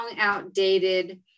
outdated